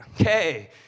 Okay